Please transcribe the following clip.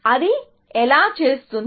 అది ఎలా చేస్తుంది